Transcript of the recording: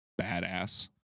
badass